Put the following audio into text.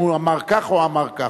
אם הוא אמר כך או אמר כך.